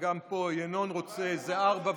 וגם פה ינון רוצה, זה ארבעה.